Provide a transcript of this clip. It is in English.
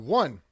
one